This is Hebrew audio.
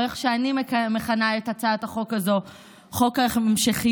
או איך שאני מכנה את ההצעה הזאת "חוק ההמשכיות",